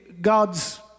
God's